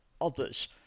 others